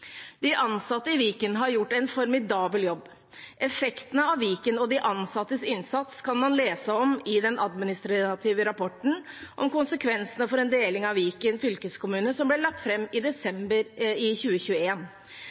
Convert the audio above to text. De ansatte i Viken har gjort en formidabel jobb. Effektene av Viken og de ansattes innsats kan man lese om i den administrative rapporten om konsekvensene av en deling av Viken fylkeskommune, som ble lagt fram i